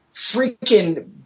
freaking